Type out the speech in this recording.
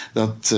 dat